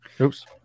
Oops